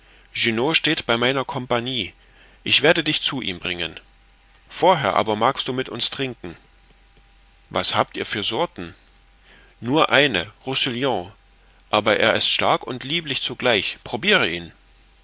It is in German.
junot steht bei meiner compagnie ich werde dich zu ihm bringen vorher aber magst du mit uns trinken was habt ihr für sorten nur eine roussillon aber er ist stark und lieblich zugleich probire ihn